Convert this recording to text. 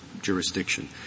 jurisdiction